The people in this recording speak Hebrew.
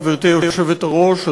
גברתי היושבת-ראש,